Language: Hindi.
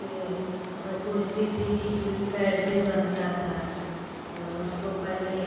कि मैं पूछती थी कि इडली कैसे बनता था तो उसको पहले